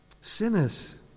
sinners